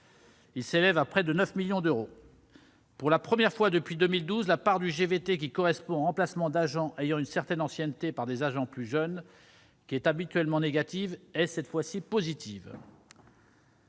Il s'élève à près de 9 millions d'euros. Pour la première fois depuis 2012, la part du GVT qui correspond au remplacement d'agents ayant une certaine ancienneté par des agents plus jeunes, qui est habituellement négative, est positive.